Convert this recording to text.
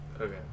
Okay